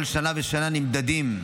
כל שנה ושנה נמדדים,